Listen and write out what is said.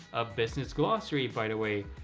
a business glossary, by the way,